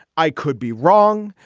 i could be wrong.